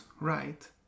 right